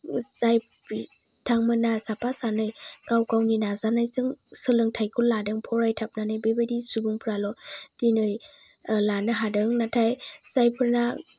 जाय बिथांमोनहा साफा सानै गाव गावनि नाजानायजों सोलोंथायखौ लादों फरायथाबदों बे बायदि सुबुंफ्राल' दिनै लानो हादों नाथाय जायफोरा